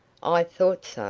i thought so,